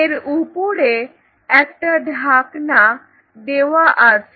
এর উপরে একটা ঢাকনা দেওয়া আছে